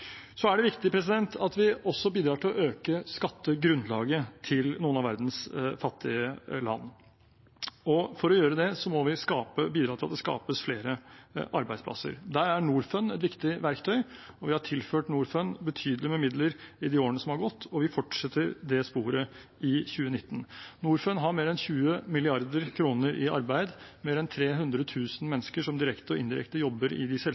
Så er det viktig at vi også bidrar til å øke skattegrunnlaget til noen av verdens fattige land. For å gjøre det må vi bidra til at det skapes flere arbeidsplasser. Der er Norfund et viktig verktøy. Vi har tilført Norfund betydelig med midler i de årene som har gått, og vi fortsetter i det sporet i 2019. Norfund har mer enn 20 mrd. kr i arbeid – mer enn 300 000 mennesker som direkte og indirekte jobber i de